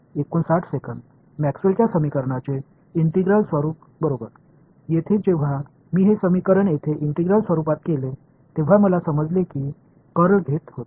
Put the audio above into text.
மாணவர் மேக்ஸ்வெல்லின் சமன்பாடுகளின் இன்டெக்ரால் வடிவம் இங்கே இந்த சமன்பாட்டை இன்டெக்ரால் வடிவத்தில் நான் செய்தபோதுஎனக்கு கர்ல் கிடைத்தது